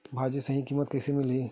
भाजी सही कीमत कइसे मिलही?